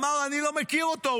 אמר: אני לא מכיר אותו,